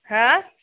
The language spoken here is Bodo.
हो